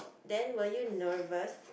then were you nervous